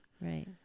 Right